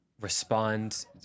respond